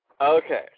Okay